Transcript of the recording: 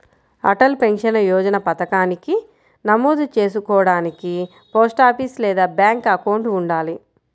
Atal pension Yojana పథకానికి నమోదు చేసుకోడానికి పోస్టాఫీస్ లేదా బ్యాంక్ అకౌంట్ ఉండాలి